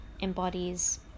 embodies